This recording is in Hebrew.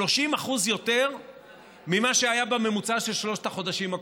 30% יותר ממה שהיה בממוצע של שלושת החודשים הקודמים,